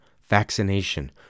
vaccination